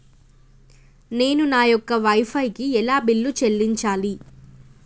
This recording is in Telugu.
నేను నా యొక్క వై ఫై కి ఎలా బిల్లు చెల్లించాలి?